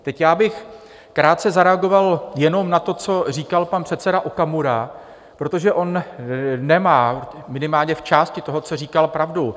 Teď bych krátce zareagoval jenom na to, co říkal pan předseda Okamura, protože on nemá minimálně v části toho, co říkal, pravdu.